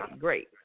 Great